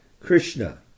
Krishna